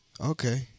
Okay